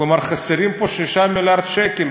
כלומר, חסרים פה 6 מיליארד שקל.